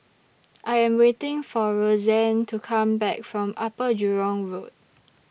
I Am waiting For Rozanne to Come Back from Upper Jurong Road